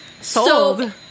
sold